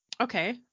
okay